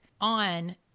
on